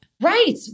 right